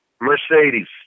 Mercedes